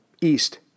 east